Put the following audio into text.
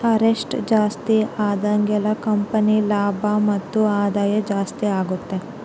asset ಜಾಸ್ತಿ ಆದಾಗೆಲ್ಲ company ಲಾಭ ಮತ್ತು ಆದಾಯ ಜಾಸ್ತಿ ಆಗುತ್ತೆ